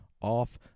Off